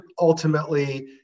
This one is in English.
ultimately